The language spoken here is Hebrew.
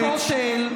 לעניין הכותל,